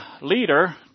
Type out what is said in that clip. leader